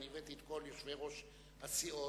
הבאתי את כל יושבי-ראש הסיעות,